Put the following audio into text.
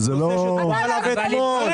עם כל הכבוד,